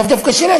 לאו דווקא שלה,